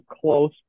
close